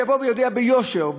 שיבוא ויודיע ביושר,